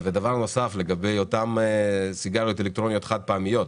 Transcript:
לגבי אותן סיגריות אלקטרוניות חד פעמיות,